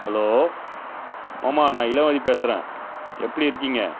hello மாமா நான் இளமதி பேசுகிறேன் எப்படி இருக்கீங்க